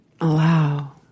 Allow